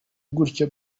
gutya